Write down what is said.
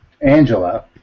Angela